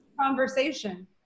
conversation